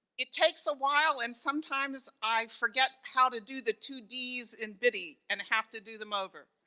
it takes a while and sometimes i forget how to do the two ds in biddy and have to do them over,